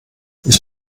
ich